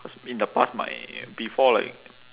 cause in the past my before like